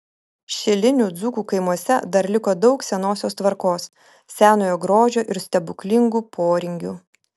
šilinių dzūkų kaimuose dar liko daug senosios tvarkos senojo grožio ir stebuklingų poringių